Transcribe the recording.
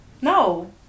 No